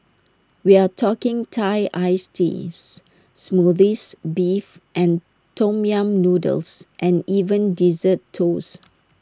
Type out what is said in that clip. we're talking Thai iced teas Smoothies Beef and Tom yam noodles and even Dessert Toasts